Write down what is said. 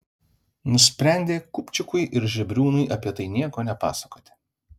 nusprendė kupčikui ir žebriūnui apie tai nieko nepasakoti